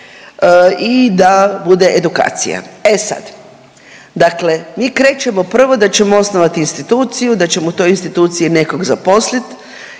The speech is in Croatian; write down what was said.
i da bude edukacija. E sad, dakle mi krećemo prvo da ćemo osnovati instituciju, da ćemo u toj instituciji nekog zaposlit,